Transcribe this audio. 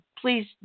please